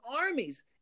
armies